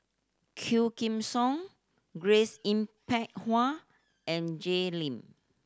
Quah Kim Song Grace Yin Peck Ha and Jay Lim